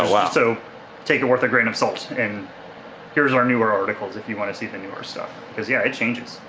ah so take it with of grain of salt and here's our newer articles if you want to see the newer stuff, cause yeah, it changes.